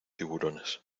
tiburones